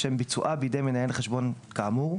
לשם ביצועה בידי מנהל החשבון כאמור,